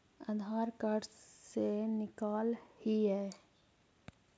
आधार card से निकाल हिऐ?